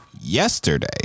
Yesterday